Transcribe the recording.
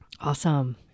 Awesome